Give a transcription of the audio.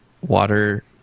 water